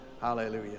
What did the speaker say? Hallelujah